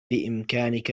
بإمكانك